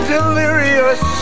Delirious